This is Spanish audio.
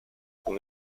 con